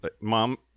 mom